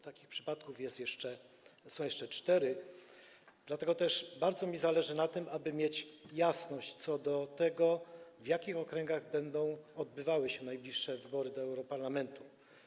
Takich przypadków są jeszcze cztery, dlatego też bardzo zależy mi na tym, aby mieć jasność co do tego, w jakich okręgach będą odbywały się najbliższe wybory do europarlamentu.